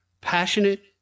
passionate